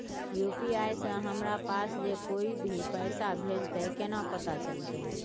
UPI से हमरा पास जे कोय भी पैसा भेजतय केना पता चलते?